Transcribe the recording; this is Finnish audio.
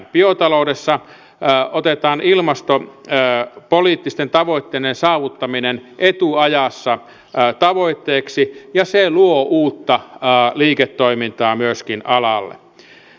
biotaloudessa otetaan ilmastopoliittisten tavoitteiden saavuttaminen etuajassa tavoitteeksi ja se luo uutta liiketoimintaa myöskin alalle